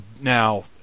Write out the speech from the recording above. Now